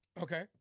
Okay